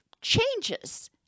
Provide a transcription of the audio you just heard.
changes